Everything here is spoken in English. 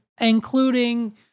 including